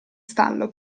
stallo